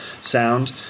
sound